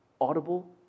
audible